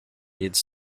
its